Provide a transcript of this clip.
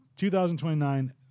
2029